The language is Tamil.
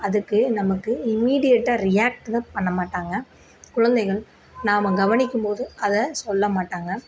அதுக்கு நமக்கு இமீடியட்டாக ரியாக்ட் பண்ண மாட்டாங்க குழந்தைகள் நாம கவனிக்கும் போது அதை சொல்ல மாட்டாங்க